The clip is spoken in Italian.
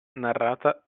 narrata